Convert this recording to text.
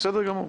בסדר גמור.